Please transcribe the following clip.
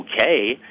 okay